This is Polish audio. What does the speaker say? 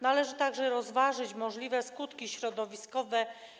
Należy także rozważyć możliwe skutki środowiskowe.